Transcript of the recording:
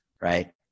right